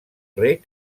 reg